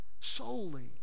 solely